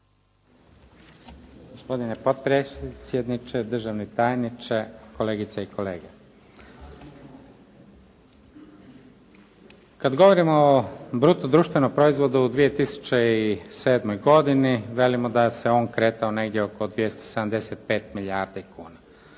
Gospodine potpredsjedniče, državni tajniče, kolegice i kolege. Kad govorimo o bruto društvenom proizvodu u 2007. godini velimo da se on kretao negdje oko 275 milijardi kuna.